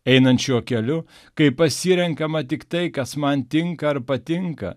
einant šiuo keliu kai pasirenkama tik tai kas man tinka ar patinka